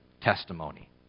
testimony